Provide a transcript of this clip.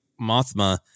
Mothma